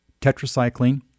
Tetracycline